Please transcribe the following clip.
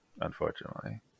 unfortunately